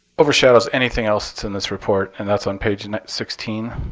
overshadows anything else that's in this report, and that's on page and sixteen.